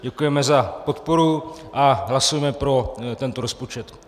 Děkujeme za podporu a hlasujeme pro tento rozpočet.